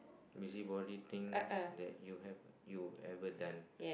busybody things that you have you ever done